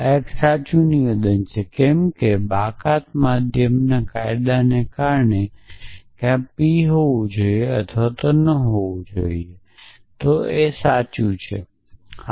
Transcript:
આ એક સાચું નિવેદન છે કેમ કે બાકાત મધ્યમના કાયદાને કારણે ક્યાં p હોવું જોઈએ અથવા ન હોવું જોઈએ તે સાચું હોવું જોઈએ